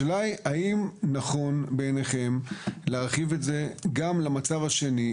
השאלה היא האם נכון בעיניכם להרחיב את זה גם למצב השני,